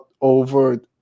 over